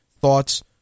thoughts